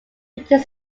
printing